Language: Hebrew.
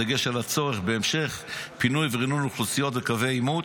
בדגש על הצורך בהמשך פינוי וריענון אוכלוסיית קווי העימות,